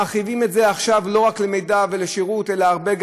מרחיבים את זה עכשיו לא רק למידע ולשירות אלא גם להרבה,